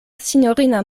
sinjorina